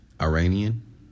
Iranian